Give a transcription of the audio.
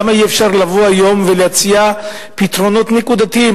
למה אי-אפשר לבוא היום ולהציע פתרונות נקודתיים?